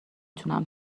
تونم